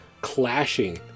clashing